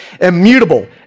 immutable